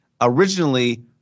originally